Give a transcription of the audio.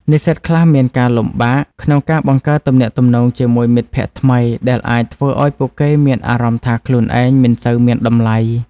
និស្សិតខ្លះមានការលំបាកក្នុងការបង្កើតទំនាក់ទំនងជាមួយមិត្តភ័ក្តិថ្មី ដែលអាចធ្វើឲ្យពួកគេមានអារម្មណ៍ថាខ្លួនឯងមិនសូវមានតម្លៃ។